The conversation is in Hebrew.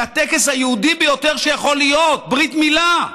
לטקס היהודי ביותר שיכול להיות: ברית מילה.